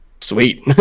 Sweet